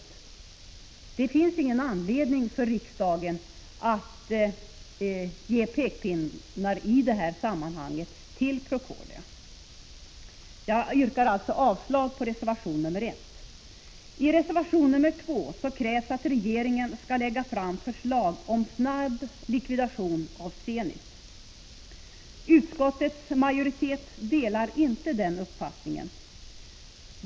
När det gäller Procordia finns det i det här sammanhanget ingen anledning för riksdagen att använda pekpinnar. Jag yrkar avslag på reservation nr 1. I reservation 2 krävs att regeringen skall lägga fram förslag om snabb likvidation av Zenit. Utskottets majoritet delar inte den uppfattningen.